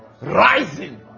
rising